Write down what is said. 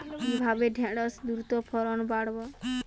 কিভাবে ঢেঁড়সের দ্রুত ফলন বাড়াব?